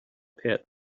pit